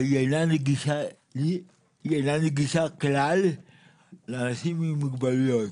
אבל היא אינה נגישה כלל לאנשים עם מוגבלויות.